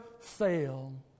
fail